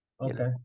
Okay